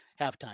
Halftime